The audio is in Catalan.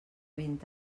vint